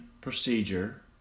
procedure